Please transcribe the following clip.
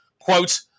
Quote